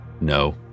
No